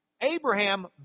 Abraham